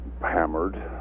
hammered